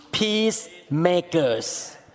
peacemakers